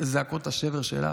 זעקות השבר שלה